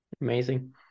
Amazing